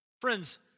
Friends